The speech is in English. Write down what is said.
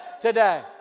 today